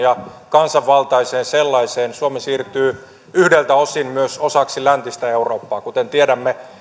kansanvaltaiseen sellaiseen suomi siirtyy yhdeltä osin myös osaksi läntistä eurooppaa kuten tiedämme